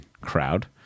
crowd